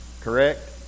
correct